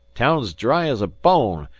town's dry as a bone,